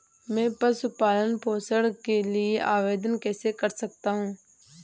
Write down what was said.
मैं पशु पालन पोषण के लिए आवेदन कैसे कर सकता हूँ?